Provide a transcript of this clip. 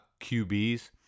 QBs